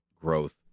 growth